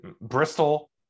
Bristol